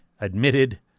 admitted